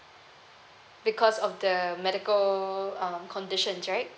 because of the medical um conditions right